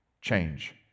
change